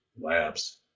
labs